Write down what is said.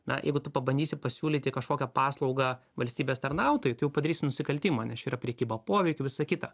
na jeigu tu pabandysi pasiūlyti kažkokią paslaugą valstybės tarnautojui tai jau padarysi nusikaltimą nes čia yra prekyba poveikiu visa kita